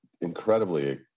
incredibly